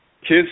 kids